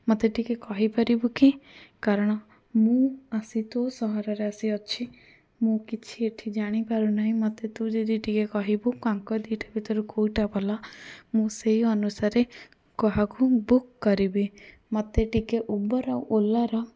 ମୋତେ ଟିକିଏ କହିପାରିବୁ କି କାରଣ ମୁଁ ଆସି ତୋ ସହରରେ ଆସି ଅଛି ମୁଁ କିଛି ଏଠି ଜାଣିପାରୁନାହିଁ ମୋତେ ତୁ ଯଦି ଟିକିଏ କହିବୁ ତାଙ୍କ ଦୁଇଟା ଭିତରୁ କେଉଁଟା ଭଲ ମୁଁ ସେହି ଅନୁସାରେ କହାକୁ ବୁକ୍ କରିବି ମୋତେ ଟିକିଏ ଉବେର୍ ଆଉ ଓଲାର